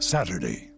Saturday